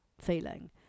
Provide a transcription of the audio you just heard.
feeling